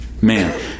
man